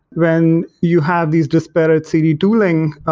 when you have these disparate cd tooling,